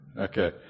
Okay